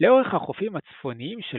לאורך החופים הצפוניים של